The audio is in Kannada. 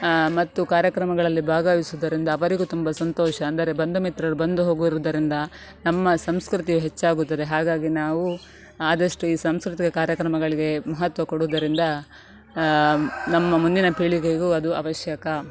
ಮತ್ತು ಕಾರ್ಯಕ್ರಮಗಳಲ್ಲಿ ಭಾಗವಹಿಸುವುದರಿಂದ ಅವರಿಗೂ ತುಂಬ ಸಂತೋಷ ಅಂದರೆ ಬಂಧುಮಿತ್ರರು ಬಂದು ಹೋಗುವುದರಿಂದ ನಮ್ಮ ಸಂಸ್ಕೃತಿಯು ಹೆಚ್ಚಾಗುತ್ತದೆ ಹಾಗಾಗಿ ನಾವು ಆದಷ್ಟು ಈ ಸಾಂಸ್ಕೃತಿಕ ಕಾರ್ಯಕ್ರಮಗಳಿಗೆ ಮಹತ್ವ ಕೊಡುವುದರಿಂದ ನಮ್ಮ ಮುಂದಿನ ಪೀಳಿಗೆಗೂ ಅದು ಅವಶ್ಯಕ